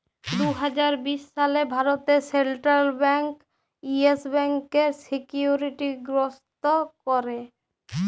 দু হাজার বিশ সালে ভারতে সেলট্রাল ব্যাংক ইয়েস ব্যাংকের সিকিউরিটি গ্রস্ত ক্যরে